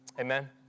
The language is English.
Amen